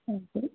ਹਾਂਜੀ